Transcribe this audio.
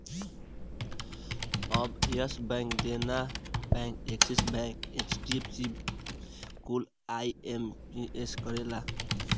अब Yes Bank, Dena Bank, Axis Bank, HDFC कुल IMPS करेला